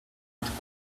het